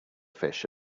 fish